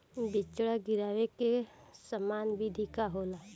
बिचड़ा गिरावे के सामान्य विधि का होला?